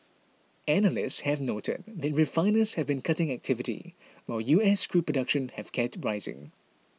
analysts have noted that refiners have been cutting activity while U S crude production has kept rising